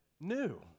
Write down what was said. new